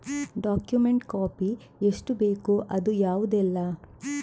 Document copy ಎಷ್ಟು ಬೇಕು ಅದು ಯಾವುದೆಲ್ಲ?